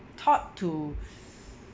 taught to